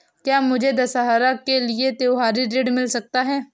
क्या मुझे दशहरा के लिए त्योहारी ऋण मिल सकता है?